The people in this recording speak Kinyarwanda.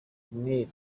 umwere